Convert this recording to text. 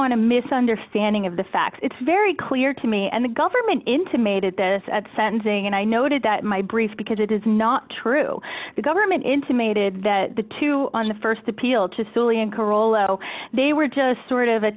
on a misunderstanding of the facts it's very clear to me and the government intimated this at sentencing and i noted that my brief because it is not true the government intimated that the two on the st appeal to silly and karoly they were just sort of a